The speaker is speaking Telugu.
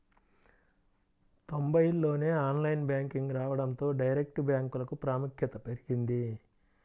తొంబైల్లోనే ఆన్లైన్ బ్యాంకింగ్ రావడంతో డైరెక్ట్ బ్యాంకులకు ప్రాముఖ్యత పెరిగింది